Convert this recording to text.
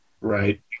Right